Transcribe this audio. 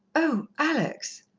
oh, alex!